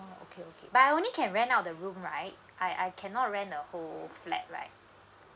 okay okay but I only can rent out the room right I I cannot rent the whole flat right